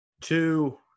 two